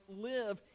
live